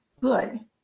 good